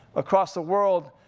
across the world,